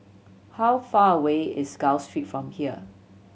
how far away is Gul Street from here